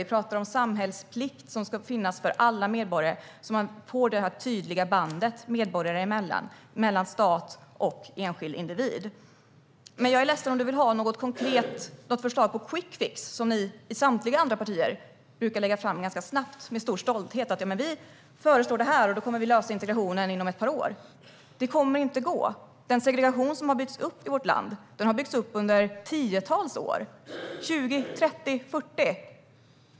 Vi talar om samhällsplikt för alla medborgare, så att man får ett tydligt band medborgare emellan och mellan stat och enskild individ. Om du, Christian Holm Barenfeld, vill ha ett förslag på quickfix, i likhet med dem som ni i samtliga andra partier brukar vara snabba med att lägga fram med stor stolthet - inte sällan säger ni att ni kommer att lösa integrationen inom ett par år - måste jag tala om för dig att det inte kommer att gå. Den segregation som har byggts upp i vårt land har byggts upp under tiotals år - kanske 20, 30 eller 40 år.